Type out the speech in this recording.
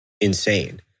insane